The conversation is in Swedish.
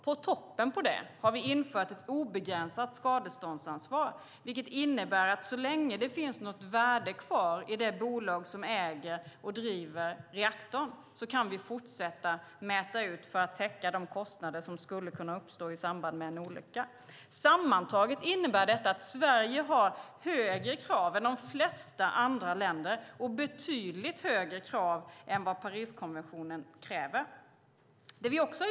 På toppen av det har vi infört ett obegränsat skadeståndsansvar, vilket innebär att så länge det finns ett värde kvar i det bolag som äger och driver reaktorn kan vi fortsätta att mäta ut för att täcka de kostnader som skulle kunna uppstå i samband med en olycka. Detta innebär sammantaget att Sverige har högre krav än de flesta andra länder och betydligt högre krav än vad Pariskonventionen kräver.